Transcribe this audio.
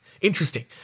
Interesting